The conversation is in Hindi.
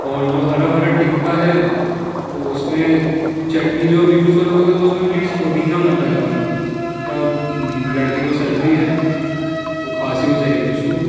और जो हरा भरा टिक्का है तो उस में चटनी जो अभी यूज़ करोगे वो उस में प्लीज़ पुदिना मत डलवाना क्या लड़के को सर्दी है तो खांसी हो जाएगी उसको